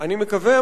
אני מקווה,